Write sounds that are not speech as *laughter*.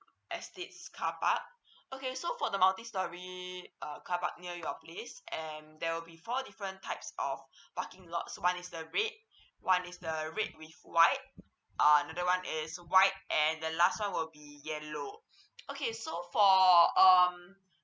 estates car park *breath* okay so for the multi storey uh carpark near your place and there will be four different types of *breath* parking lots one is the red *breath* one is the red with white um another one is white and the last one will be yellow *breath* okay so for um